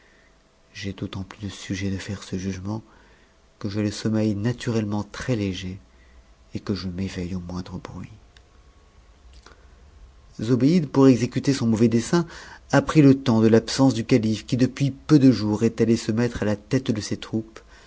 j'ai d'autant plus de sujets de faire ce jugement que j'ai le sommeil naturellement très léger et que je m'éveille au moindre bruit zobéide pour exécuter son mauvais dessein a pris le temps de t sence du calife qui depuis peu de jours est allé se mettre à la tête c ses troupes